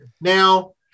Now